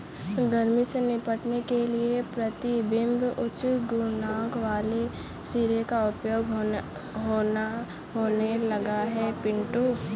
गर्मी से निपटने के लिए प्रतिबिंब उच्च गुणांक वाले शीशे का प्रयोग होने लगा है पिंटू